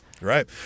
Right